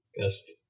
Best